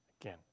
Again